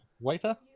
Waiter